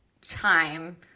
time